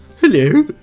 Hello